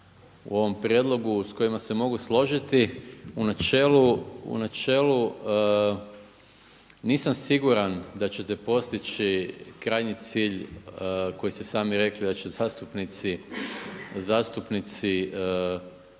u ovom prijedlogu s kojima se mogu složiti u načelu, u načelu nisam siguran da ćete postići krajnji cilj koji ste sami rekli da će zastupnici